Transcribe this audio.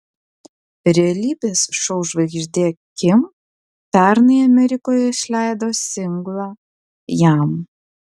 realybės šou žvaigždė kim pernai amerikoje išleido singlą jam